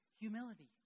humility